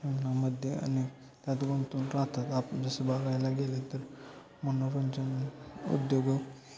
आणि त्यात गुंतून राहतात आपण जसं बघायला गेलं तर मनोरंजन उद्योग